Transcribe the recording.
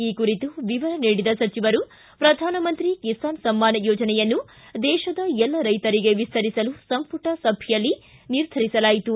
ಈ ಕುರಿತು ವಿವರ ನೀಡಿದ ಸಚಿವರು ಪ್ರಧಾನಮಂತ್ರಿ ಕಿಸಾನ್ ಸಮ್ನಾನ ಯೋಜನೆಯನ್ನು ದೇಶದ ಎಲ್ಲ ರೈತರಿಗೆ ವಿಸ್ತರಿಸಲು ಪ್ರಥಮ ಸಂಪುಟ ಸಭೆಯಲ್ಲಿ ನಿರ್ಧರಿಸಲಾಯಿತು